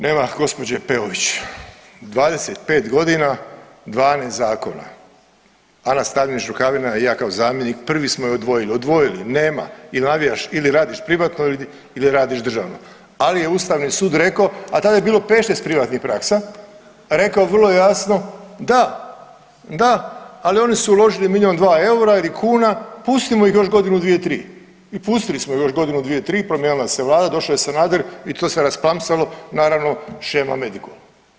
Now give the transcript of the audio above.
Nema gospođe Peović, 25 godina 12 zakona, Ana Stavljenić Rukavina i ja kao zamjenik prvi smo je odvojili, odvojili nema i navijaš ili radiš privatno ili radiš državno, ali je ustavni sud reko, a tada je bilo 5-6 privatnih praksa, rekao vrlo jasno da, da ali oni su uložili milion-dva eura ili kuna pustimo ih još godinu, dvije, tri i pustili smo ih još godinu, dvije, tri, promijenila se vlada, došao je Sanader i to se je rasplamsalo naravno shema Medikol.